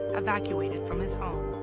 evacuated from his home.